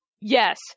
yes